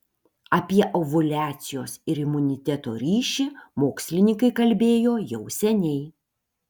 apie ovuliacijos ir imuniteto ryšį mokslininkai kalbėjo jau seniai